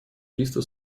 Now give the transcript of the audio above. триста